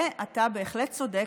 ואתה בהחלט צודק.